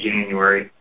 January